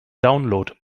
download